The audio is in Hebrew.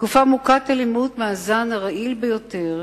"תקופה מוכת אלימות מהזן הרעיל ביותר,